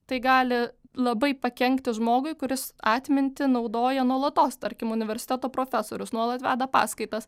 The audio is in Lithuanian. tai gali labai pakenkti žmogui kuris atmintį naudoja nuolatos tarkim universiteto profesorius nuolat veda paskaitas